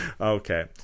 Okay